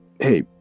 hey